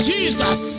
Jesus